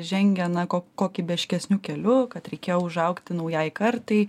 žengia na ko kokybiškesniu keliu kad reikėjo užaugti naujai kartai